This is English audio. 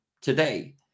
today